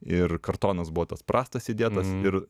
ir kartonas buvo tas prastas įdėtas ir